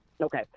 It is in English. Okay